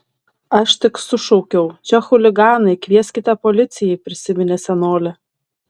aš tik sušaukiau čia chuliganai kvieskite policijai prisiminė senolė